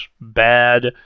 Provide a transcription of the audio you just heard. bad